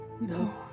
No